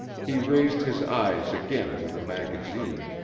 he raised his eyes again to the magazine,